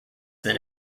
than